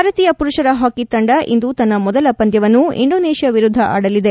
ಭಾರತೀಯ ಪುರುಷರ ಹಾಕಿ ತಂಡ ಇಂದು ತನ್ನ ಮೊದಲ ಪಂದ್ಯವನ್ನು ಇಂಡೋನೇಷಿಯ ವಿರುದ್ಧ ಆಡಲಿದೆ